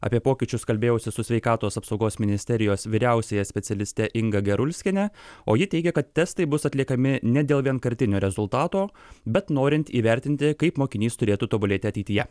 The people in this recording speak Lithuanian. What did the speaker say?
apie pokyčius kalbėjausi su sveikatos apsaugos ministerijos vyriausiąja specialiste inga gerulskiene o ji teigia kad testai bus atliekami ne dėl vienkartinio rezultato bet norint įvertinti kaip mokinys turėtų tobulėti ateityje